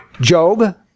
Job